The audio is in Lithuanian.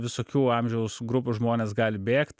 visokių amžiaus grupių žmonės gali bėgt